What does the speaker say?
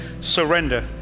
surrender